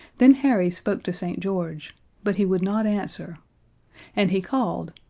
then harry spoke to st. george but he would not answer and he called,